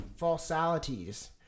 falsalities